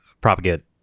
propagate